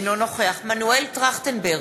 אינו נוכח מנואל טרכטנברג,